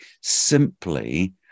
simply